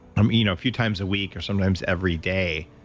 um you know a few times a week or sometimes every day,